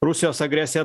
rusijos agresija